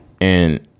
And-